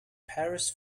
paris